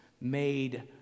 made